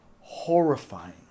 horrifying